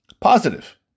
Positive